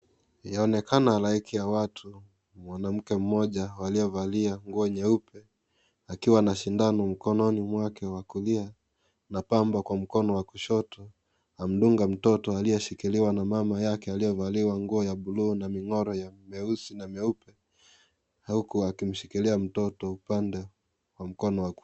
Inaonekana halaiki ya watu. Mwanamke mmoja aliyevalia nguo nyeupe, akiwa na sindano mkononi mwake wa kulia na pamba kwa mkono wa kushoto. Amdunga mtoto aliyeshikiliwa na mama yake aliyevaliwa nguo ya blue na ming'oro mieusi na mieupe, huku akimshikilia mtoto upande wa mkono wa..,